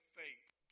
faith